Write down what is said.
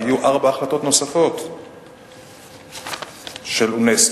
היו ארבע החלטות נוספות של אונסק"ו: